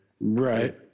Right